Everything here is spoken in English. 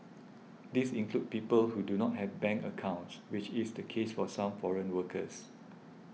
these include people who do not have bank accounts which is the case for some foreign workers